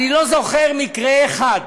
אני לא זוכר מקרה אחד